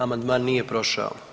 Amandman nije prošao.